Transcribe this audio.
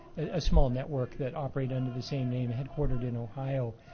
a small network, that operate under the same name, headquartered in ohio.